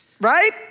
Right